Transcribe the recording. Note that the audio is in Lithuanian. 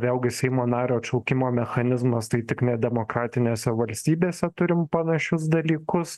vėlgi seimo nario atšaukimo mechanizmas tai tik nedemokratinėse valstybėse turim panašius dalykus